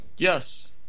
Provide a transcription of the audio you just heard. Yes